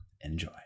Enjoy